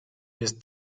jest